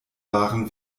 waren